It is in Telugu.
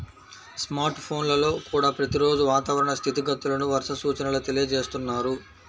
స్మార్ట్ ఫోన్లల్లో కూడా ప్రతి రోజూ వాతావరణ స్థితిగతులను, వర్ష సూచనల తెలియజేస్తున్నారు